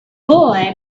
boy